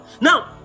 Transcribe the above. now